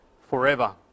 forever